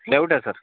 doubt आहे sir